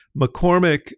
mccormick